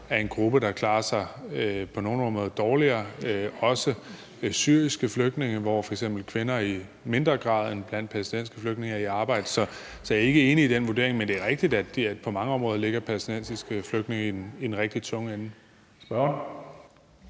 på nogle områder klarer sig dårligere, og det gælder også syriske flygtninge, hvor f.eks. kvinder i mindre grad end blandt palæstinensiske flygtninge er i arbejde. Så jeg er ikke enig i den vurdering, men det er rigtigt, at på mange områder ligger palæstinensiske flygtninge i den rigtig tunge ende.